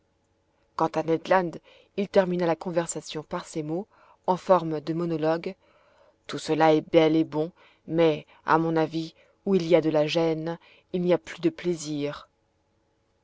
quant à ned land il termina la conversation par ces mots en forme de monologue tout cela est bel et bon mais à mon avis où il y a de la gêne il n'y a plus de plaisir